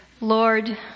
Lord